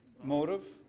motivate,